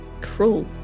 cruel